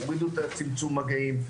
הורידו את צמצום מגעים,